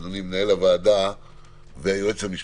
אדוני מנהל הוועדה והיועץ המשפטי,